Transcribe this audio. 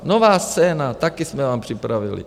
Nová scéna, taky jsme vám připravili.